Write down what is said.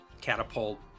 Catapult